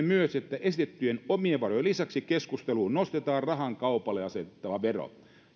myös että esitettyjen omien varojen lisäksi keskusteluun nostetaan rahan kaupalle asetettava vero